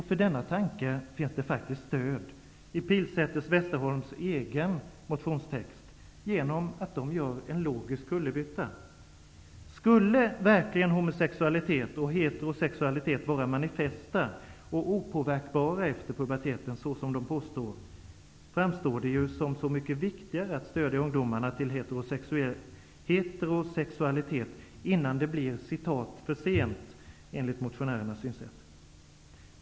För denna tanke finns det faktiskt stöd i Pilsäter/Westerholms egen motionstext genom att de gör en logisk kullerbytta! Skulle verkligen homosexualitet och heterosexualitet vara manifesta och opåverkbara efter puberteten, så som de påstår, framstår det ju som så mycket viktigare att stödja ungdomarna till heterosexualitet innan det blir ''för sent'' enligt motionärernas synsätt!